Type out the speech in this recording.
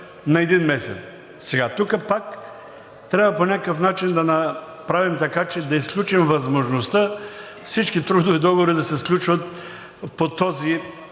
на един месец. Тук пак трябва по някакъв начин да направим така, че да изключим възможността всички трудови договори да се сключват по този